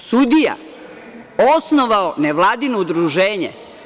Sudija, osnovao nevladino udruženje?